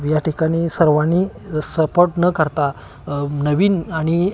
या ठिकाणी सर्वांनी सपोर्ट न करता नवीन आणि